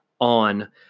on